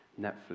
Netflix